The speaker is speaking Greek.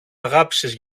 αγάπησες